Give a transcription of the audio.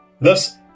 Thus